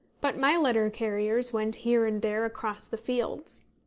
but my letter-carriers went here and there across the fields.